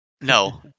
no